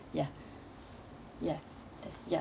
ya ya ya